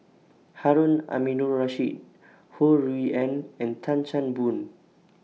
Harun Aminurrashid Ho Rui An and Tan Chan Boon